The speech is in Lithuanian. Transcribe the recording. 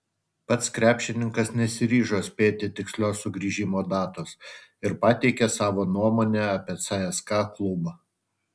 pats krepšininkas nesiryžo spėti tikslios sugrįžimo datos ir pateikė savo nuomonę apie cska klubą